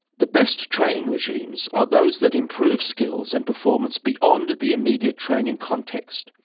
the best training regimes are those that improve skills and performance beyond the immediate training context,